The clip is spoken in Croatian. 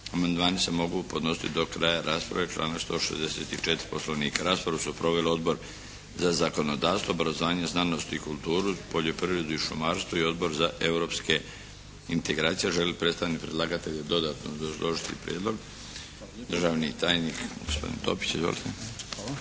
Amandmani se mogu podnositi do kraja rasprave, članak 164. Poslovnika. Raspravu su proveli Odbor za zakonodavstvo, obrazovanje, znanost i kulturu, poljoprivredu i šumarstvo i Odbor za europske integracije. Želi li predstavnik predlagatelja dodatno obrazložiti Prijedlog? Državni tajnik gospodin Topić. Izvolite.